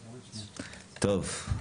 טוב.